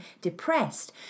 depressed